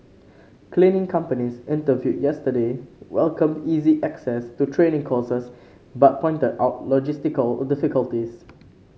cleaning companies interviewed yesterday welcomed easy access to training courses but pointed out logistical or difficulties